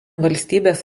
valstybės